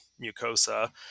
mucosa